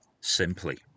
simply